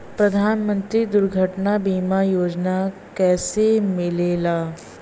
प्रधानमंत्री दुर्घटना बीमा योजना कैसे मिलेला?